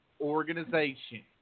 Organization